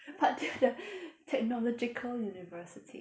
but they are the technological university